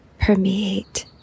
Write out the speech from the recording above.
permeate